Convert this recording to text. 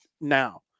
now